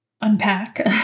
unpack